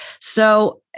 So-